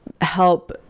help